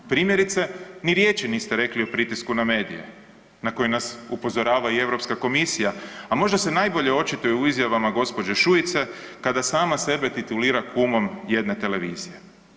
Primjerice, ni riječi niste rekli o pritisku na medije na koje nas upozorava i Europska komisija, a možda se najbolje očituje u izjavama gospođe Šuice kada sama sebe titulira kumom jedne televizije.